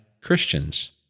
Christians